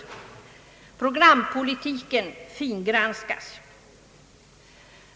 Programpolitiken fingranskas.